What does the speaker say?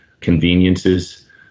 conveniences